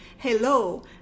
Hello